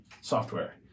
software